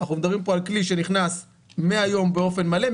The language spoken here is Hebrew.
אנחנו מדברים כאן על כלי שנכנס מהיום באופן מלא,